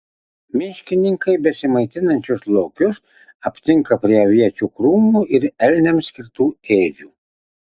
miškininkai besimaitinančius lokius aptinka prie aviečių krūmų ir elniams skirtų ėdžių